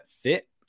fit